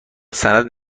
سند